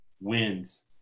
wins